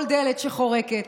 כל דלת שחורקת,